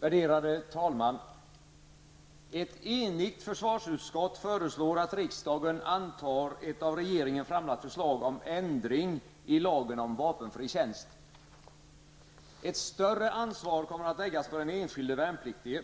Värderade talman! Ett enigt försvarsutskott föreslår att riksdagen antar ett av regeringen framlagt förslag om ändring i lagen om vapenfri tjänst. Ett större ansvar kommer att läggas på den enskilde värnpliktige.